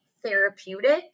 therapeutic